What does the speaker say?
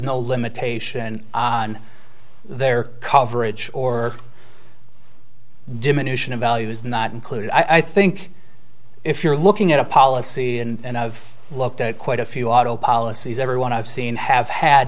no limitation on their coverage or diminution of values not included i think if you're looking at a policy and i've looked at quite a few auto policies everyone i've seen have had